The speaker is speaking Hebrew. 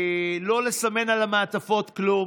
לא לסמן על המעטפות כלום,